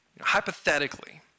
hypothetically